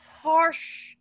harsh